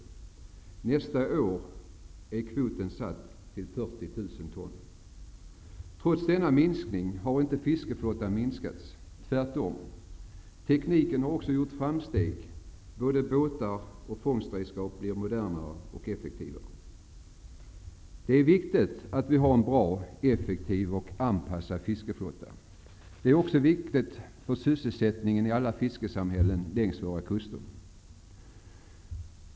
För nästa år är kvoten satt till 40 000 Trots denna minskning har inte fiskeflottan minskat, tvärtom. Tekniken har också gjort framsteg. Både båtar och fångstredskap blir modernare och effektivare. Det är viktigt att vi har en bra, effektiv och anpassad fiskeflotta. Det är också viktigt för sysselsättningen i alla fiskesamhällen längs våra kuster.